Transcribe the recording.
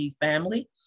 family